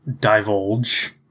divulge